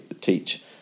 teach